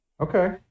Okay